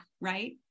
Right